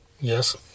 Yes